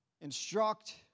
instruct